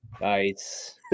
Nice